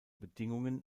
bedingungen